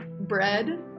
bread